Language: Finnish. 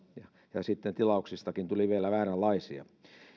ja sitten tilauksistakin tuli vielä vääränlaisia